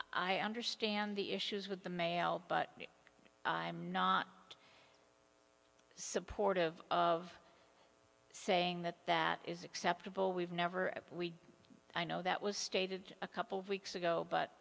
i understand the issues with the mail but i'm not supportive of saying that that is acceptable we've never we i know that was stated a couple of weeks ago but